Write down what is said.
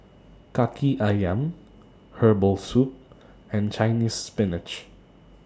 Kaki Ayam Herbal Soup and Chinese Spinach